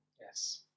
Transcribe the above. Yes